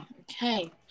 okay